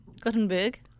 Gutenberg